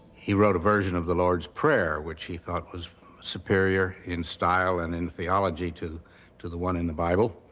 he wrote a version of the lord's prayer, which he thought was superior in style and in the theology to to the one in the bible.